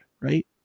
Right